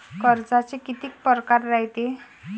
कर्जाचे कितीक परकार रायते?